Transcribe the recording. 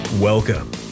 Welcome